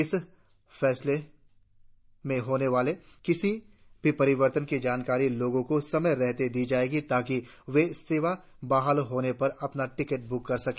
इस फैसले में होने वाली किसी भी परिवर्तन की जानकारी लोगों समय रहते दी जाएगी ताकि वे सेवाएं बहाल होने पर अपने टिकट ब्क कर सके